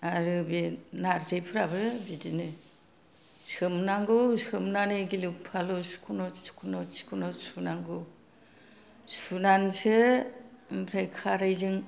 आरो बे नार्जिफ्राबो बिदिनो सोमनांगौ सोमनानै गिलु फालु सुख'नर सुख'नर सुख'नर सुख'नर सुनांगौ सुनानैसो ओमफ्राय खारैजों